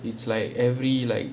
it's like every like